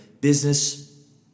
business